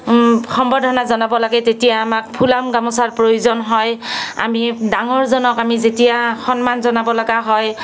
সম্বৰ্ধনা জনাব লাগে তেতিয়া আমাক ফুলাম গামোচাৰ প্ৰয়োজন হয় আমি ডাঙৰজনক আমি যেতিয়া সন্মান জনাব লগা হয়